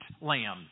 lamb